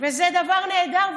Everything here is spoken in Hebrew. וזה דבר נהדר.